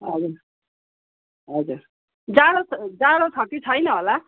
हजुर हजुर जाडो जाडो छ कि छैन होला